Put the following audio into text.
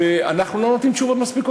ואנחנו לא נותנים תשובות מספיקות,